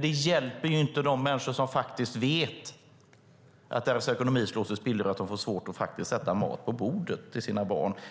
Det hjälper dock inte de människor som vet att deras ekonomi slås i spillror och att de får svårt att sätta mat på bordet